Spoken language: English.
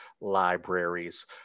libraries